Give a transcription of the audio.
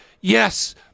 Yes